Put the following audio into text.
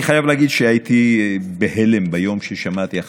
אני חייב להגיד שהייתי בהלם ביום ששמעתי.